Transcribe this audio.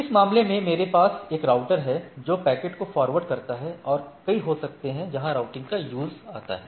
इस मामले में मेरे पास एक राउटर है जो पैकेट को फॉरवर्ड करता है और कई हो सकते हैं जहां राउटिंग का यूज़ आता है